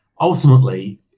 ultimately